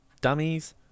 dummies